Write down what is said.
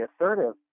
assertive